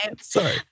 sorry